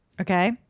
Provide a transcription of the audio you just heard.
Okay